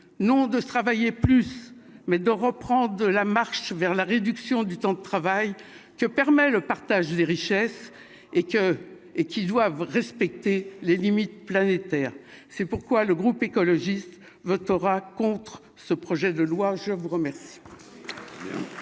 non de travailler plus, mais de reprendre la marche vers la réduction du temps de travail que permet le partage des richesses et que, et qu'ils doivent respecter les limites planétaires, c'est pourquoi le groupe écologiste votera contre ce projet de loi, je vous remercie.